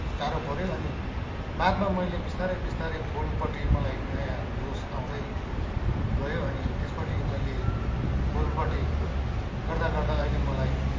साह्रो पऱ्यो अनि बादमा मैले बिस्तारै बिस्तारै फुलपट्टि मलाई नयाँ जोस आउँदै गयो अनि त्यसपट्टि मैले फुलपट्टि गर्दा गर्दा अहिले मलाई